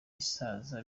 isaza